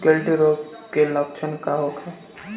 गिल्टी रोग के लक्षण का होखे?